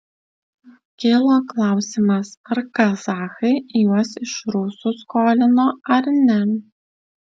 kilo klausimas ar kazachai juos iš rusų skolino ar ne